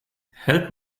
help